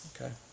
okay